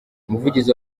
umuvugizi